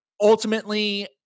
ultimately